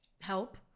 Help